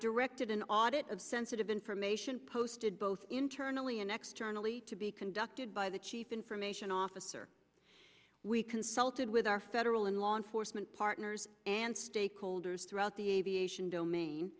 directed an audit of sensitive information posted both internally and externally to be conducted by the chief information officer we consulted with our federal and law enforcement partners and stakeholders throughout the aviation domain